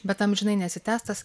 bet amžinai nesitęs tas